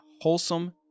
wholesome